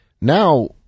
now